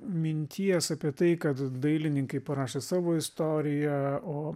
minties apie tai kad dailininkai parašė savo istoriją o